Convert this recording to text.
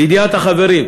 לידיעת החברים,